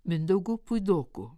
mindaugu puidoku